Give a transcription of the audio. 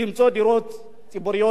למצוא דירות ציבוריות.